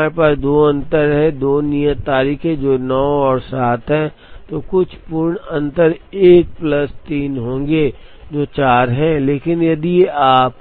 अगर हमारे पास 2 अंतर हैं 2 नियत तारीखें जो 9 और 7 हैं तो कुछ पूर्ण अंतर 1 प्लस 3 होंगे जो 4 है लेकिन यदि आप